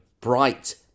Bright